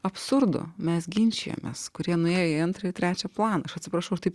absurdo mes ginčijomės kurie nuėjo į antrą trečią planą aš atsiprašau taip